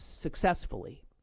successfully